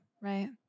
right